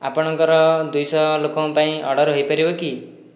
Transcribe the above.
ଆପଣଙ୍କର ଦୁଇ ଶହ ଲୋକଙ୍କ ପାଇଁ ଅର୍ଡ଼ର ହୋଇପାରିବ କି